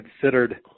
considered